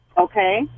Okay